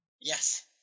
Yes